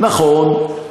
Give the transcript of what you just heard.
נכון.